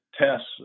tests